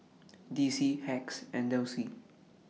D C Hacks and Delsey